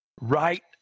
right